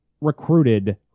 recruited